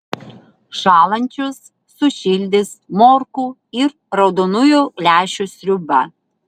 šąlančius sušildys morkų ir raudonųjų lęšių sriuba